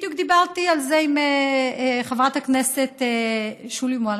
בדיוק דיברתי על זה עם חברת הכנסת שולי מועלם-רפאלי,